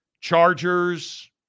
Chargers